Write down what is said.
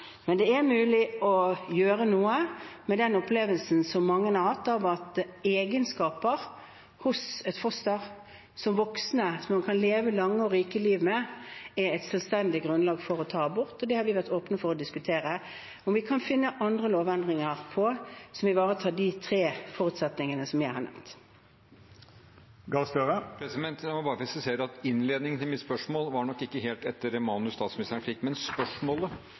Men det er mulig å gjøre noe med den opplevelsen som mange har hatt, at egenskaper hos et foster, som man som voksen kan leve et langt og rikt liv med, er et selvstendig grunnlag for å ta abort. Vi har vært åpne for å diskutere om vi kan finne andre lovendringer som ivaretar de tre forutsetningene som jeg har nevnt. Jeg må bare presisere at innledningen til mitt spørsmål nok ikke var helt etter manus, men spørsmålet er